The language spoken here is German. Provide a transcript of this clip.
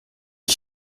ich